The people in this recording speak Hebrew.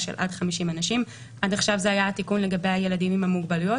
של עד 50 אנשים." עד עכשיו זה היה התיקון לגבי הילדים עם המוגבלויות,